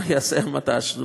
מה יעשה המט"ש?